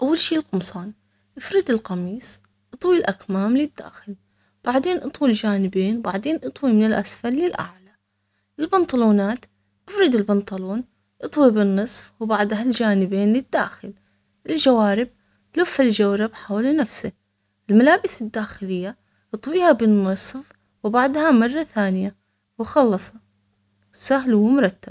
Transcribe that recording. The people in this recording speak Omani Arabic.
أول شي القمصان. إفرد القميص، اطوي الاكمام للداخل، بعدين اطوي الجانبين، بعدين اطوي من الأسفل للأعلى البنطلونات، افرد البنطلون أطوي بالنصف، وبعدها الجانبين للداخل، الجوارب لف الجورب حول نفسه، الملابس الداخلية أطفيها بالنص